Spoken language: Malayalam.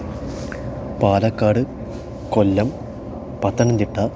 പാലക്കാട് കൊല്ലം പത്തനംതിട്ട